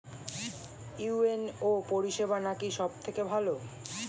UNO পরিসেবা নাকি সব থেকে ভালো?